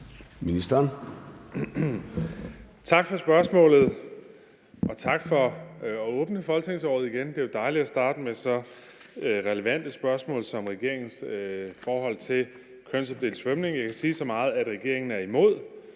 Tak for spørgsmålet, og tak for at åbne folketingsåret med det igen. Det er jo dejligt at starte med så relevante spørgsmål som regeringens forhold til kønsopdelt svømning. Jeg kan sige så meget, at regeringen er imod